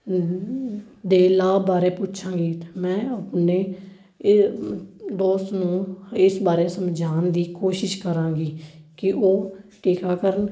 ਦੇ ਲਾਭ ਬਾਰੇ ਪੁੱਛਾਂਗੀ ਅਤੇ ਮੈਂ ਆਪਣੇ ਇਹ ਦੋਸਤ ਨੂੰ ਇਸ ਬਾਰੇ ਸਮਝਾਉਣ ਦੀ ਕੋਸ਼ਿਸ਼ ਕਰਾਂਗੀ ਕਿ ਉਹ ਟੀਕਾਕਰਨ